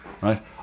right